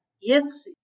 yes